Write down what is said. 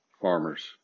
farmers